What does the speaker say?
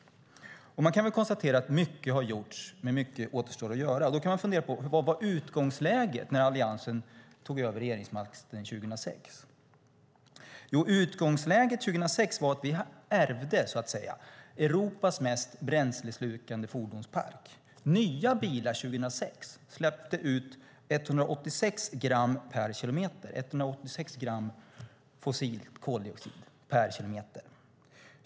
Man kan konstatera att mycket har gjorts, men mycket återstår att göra. Man kan fundera vad utgångsläget var när Alliansen tog över regeringsmakten 2006. Utgångsläget då var att vi ärvde Europas mest bränsleslukande fordonspark. Nya bilar släppte 2006 ut 186 gram fossil koldioxid per kilometer.